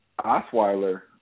Osweiler